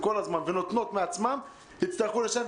כל הזמן ונותנות מעצמן יצטרכו לשלם,